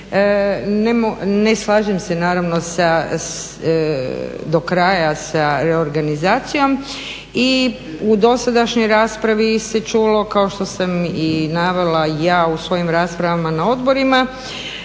ne slažem se do kraja sa reorganizacijom i u dosadašnjoj rasprave se čulo kao što sam i navela ja u svojim raspravama na odborima